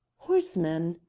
horseman?